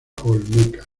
olmeca